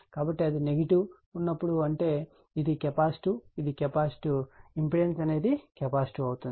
కాబట్టి అది నెగిటివ్ ఉన్నప్పుడు అంటే ఇది కెపాసిటివ్ ఇది కెపాసిటివ్ ఇంపెడెన్స్ అనేది కెపాసిటివ్ అవుతుంది